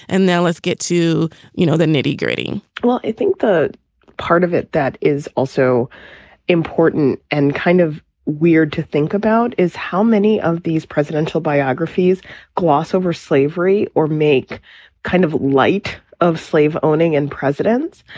and now let's get to you know the nitty gritty well, i think the part of it that is also important and kind of weird to think about is how many of these presidential biographies gloss over slavery or make kind of like a slave owning and presidents.